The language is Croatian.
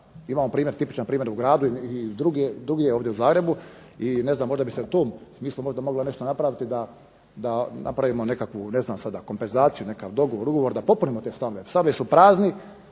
Imamo primjer, tipičan primjer u gradu i drugdje ovdje u Zagrebu i ne znam možda bi se u tom smislu možda nešto napraviti da napravimo nekakvu ne znam sada kompenzaciju, dogovor, ugovor da popunimo te stanove. Stanovi su prazni,